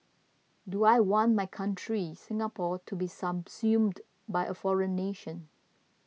do I want my country Singapore to be subsumed by a foreign nation